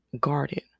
guarded